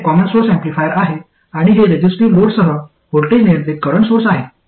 तर हे common source amplifier आहे आणि हे रेझिस्टिव्ह लोडसह व्होल्टेज नियंत्रित करंट सोर्स आहे